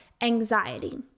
anxiety